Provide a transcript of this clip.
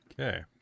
okay